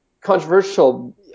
controversial